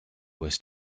was